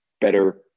better